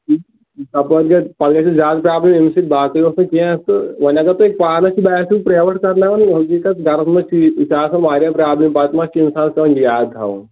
تپٲرۍ گژھِ پتہٕ گژھِ زیادٕ پرابلِم أمۍسٕے باقٕے اوس نہٕ کیٚنٛہہ تہٕ وۄنۍ اگر تۄہہِ پانس تہِ باسوٕ پرٛاویٹ کرناوُن حقیٖقتھ گرس منٛز چھِ آسان واریاہ پرٛابلم پتہٕ ما چھِ اِنسانس پیٚوان یاد تھاوان